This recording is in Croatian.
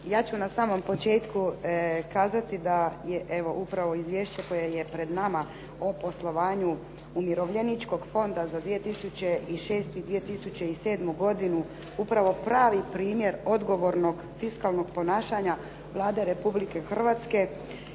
Ja ću na samom početku kazati da je evo upravo izvješće koje je pred nama o poslovanju umirovljeničkog fonda za 2006. i 2007. godinu upravo pravi primjer odgovornog fiskalnog ponašanja Vlade Republike Hrvatske